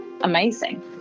amazing